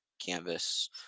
canvas